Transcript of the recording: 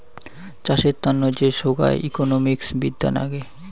চাষের তন্ন যে সোগায় ইকোনোমিক্স বিদ্যা নাগে